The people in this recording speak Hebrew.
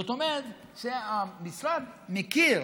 זאת אומרת שהמשרד מכיר